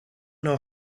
know